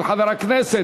של חבר הכנסת